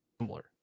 similar